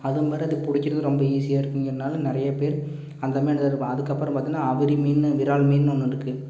அதுமாதிரி அது பிடிக்கிறதும் ரொம்ப ஈசியாக இருக்குங்கிறதனால நிறையா பேர் அந்த மீன் இருக்கும் அதுக்கு அப்புறம் பார்த்தின்னா அவுரி மீன் விரால் மீன் ஒன்று இருக்குது